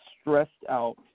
stressed-out